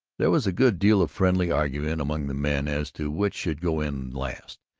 there was a good deal of friendly argument among the men as to which should go in last,